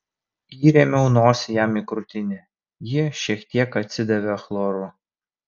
įrėmiau nosį jam į krūtinę ji šiek tiek atsidavė chloru